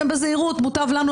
בזהירות: מוטב לנו,